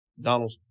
Donald